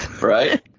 right